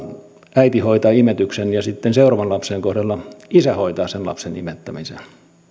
äiti hoitaa imetyksen ja sitten seuraavan lapsen kohdalla isä hoitaa sen lapsen imettämisen